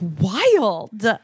wild